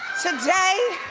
today